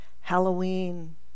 Halloween